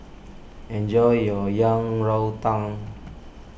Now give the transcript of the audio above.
enjoy your Yang Rou Tang